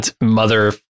mother